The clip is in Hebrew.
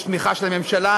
יש תמיכה של הממשלה,